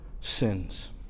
sins